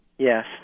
Yes